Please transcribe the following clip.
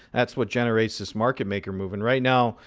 that's what generates this market maker move, and right now,